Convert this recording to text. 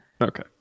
Okay